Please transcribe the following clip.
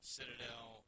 Citadel